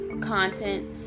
content